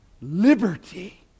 liberty